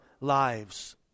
lives